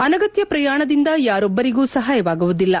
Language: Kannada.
ಅನಗತ್ಯ ಪ್ರಯಾಣದಿಂದ ಯಾರೊಬ್ಲರಿಗೂ ಸಹಾಯವಾಗುವುದಿಲ್ಲ